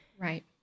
Right